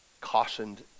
cautioned